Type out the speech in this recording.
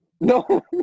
No